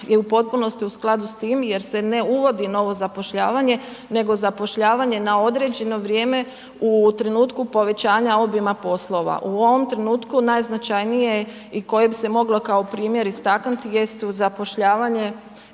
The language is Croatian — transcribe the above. u potpunosti u skladu s tim, jer se ne uvodi novo zapošljavanje, nego zapošljavanje na određeno vrijeme u trenutku povećanja obima poslova. U ovome trenutku najznačajnije i koje bi se moglo kao primjer istaknuti, jest zapošljavanje